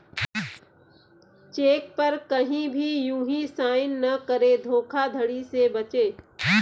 check पर कहीं भी यू हीं साइन न करें धोखाधड़ी से बचे